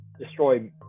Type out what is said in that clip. destroy